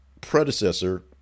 predecessor